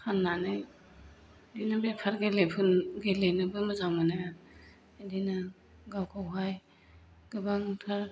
फाननानै बिदिनो बेफार गेलेनोबो मोजां मोनो बिदिनो गावखौहाय गोबांथार